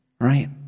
right